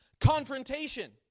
confrontation